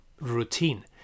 routine